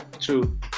true